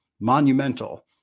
monumental